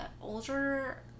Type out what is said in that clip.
older